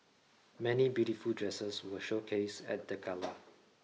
many beautiful dresses were showcased at the gala